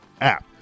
app